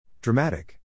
Dramatic